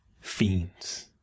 fiends